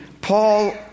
Paul